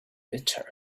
bitter